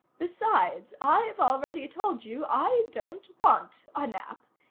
besides, i've already told you i don't want a nap.